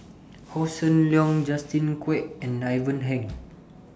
Hossan Leong Justin Quek and Ivan Heng